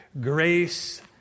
grace